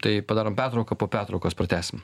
tai padarom pertrauką po pertraukos pratęsim